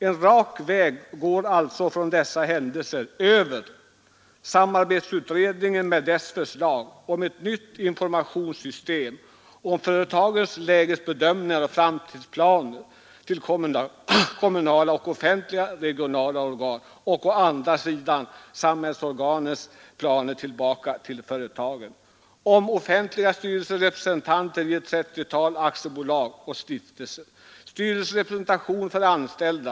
En rak väg går alltså från dessa händelser över samarbetsutredningen med dess förslag om ett nytt informationssystem för företagens lägesbedömningar och framtidsplaner till kommunala och regionala organ och samhällsorganens planer tillbaka till företagen. Vi har fått offentliga styrelserepresentanter i ett 30-tal aktiebolag och stiftelser och styrelserepresentation för anställda.